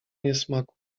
niesmaku